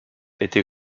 était